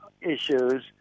issues